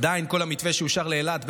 עדיין כל המתווה שאושר לאילת,